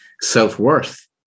Self-worth